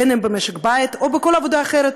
בין אם במשק בית או בכל עבודה אחרת,